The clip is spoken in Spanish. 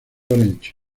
orange